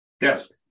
Yes